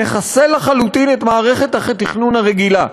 נחסל לחלוטין את מערכת התכנון הרגילה.